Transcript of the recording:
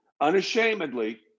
unashamedly